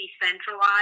decentralized